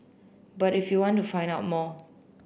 but if you want to find out more